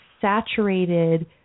saturated